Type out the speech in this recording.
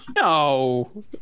No